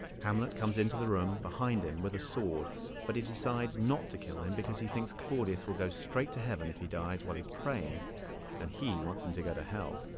hamlet comes into the room behind him with a sword but he decides not to kill him because he thinks claudius will go straight to heaven if he dies while he's praying and he wants him to go to hell